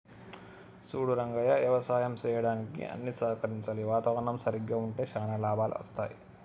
సూడు రంగయ్య యవసాయం సెయ్యడానికి అన్ని సహకరించాలి వాతావరణం సరిగ్గా ఉంటే శానా లాభాలు అస్తాయి